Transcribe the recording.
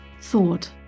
thought